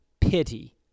pity